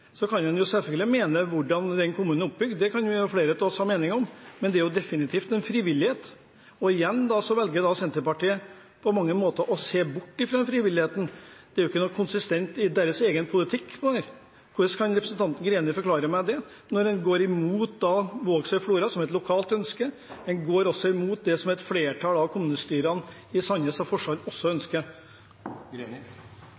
Så kan en selvfølgelig mene noe om hvordan den kommunen er oppbygd, det kan flere av oss ha meninger om, men det er definitivt en frivillighet. Og igjen velger Senterpartiet på mange måter å se bort fra den frivilligheten. Det er ikke noen konsistens i deres egen politikk på dette. Hvordan kan representanten Greni forklare meg det – når en går imot Vågsøy og Flora, som er et lokalt ønske, og også går imot det som et flertall av kommunestyrene i Sandnes og Forsand